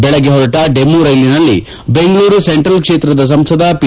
ಬೆಳಗ್ಗೆ ಹೊರಟ ಡಮು ರೈಲಿನಲ್ಲಿ ಬೆಂಗಳೂರು ಸೆಂಟ್ರಲ್ ಕ್ಷೇತ್ರದ ಸಂಸದ ಪಿ